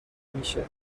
میشه